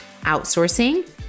outsourcing